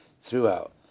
throughout